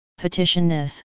petitionness